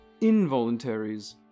involuntaries